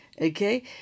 okay